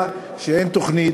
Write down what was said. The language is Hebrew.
אין תוכנית,